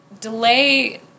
delay